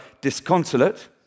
disconsolate